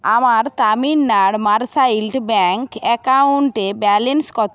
আমার Tamilnad mercantile bank অ্যাকাউন্টে balance কত